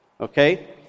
okay